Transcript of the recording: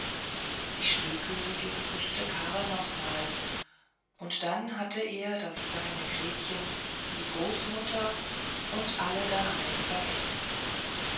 die schneekönigin küßte karl nochmals und dann hatte er das kleine gretchen die großmutter und alle daheim vergessen